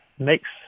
makes